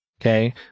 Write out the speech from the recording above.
okay